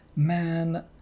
man